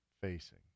facing